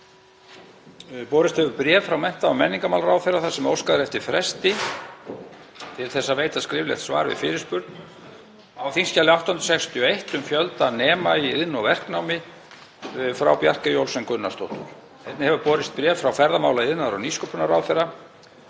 Borist hefur bréf frá mennta- og menningarmálaráðherra þar sem óskað er eftir fresti til þess að veita skriflegt svar við fyrirspurn á þskj. 861, um fjölda nema í iðn- og verknámi, frá Bjarkeyju Olsen Gunnarsdóttur. Einnig hefur borist bréf frá ferðamála-, iðnaðar- og nýsköpunarráðherra